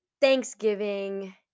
Thanksgiving